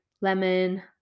lemon